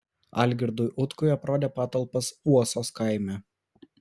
algirdui utkui aprodė patalpas uosos kaime